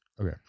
Okay